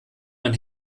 man